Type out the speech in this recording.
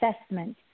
assessment